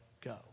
go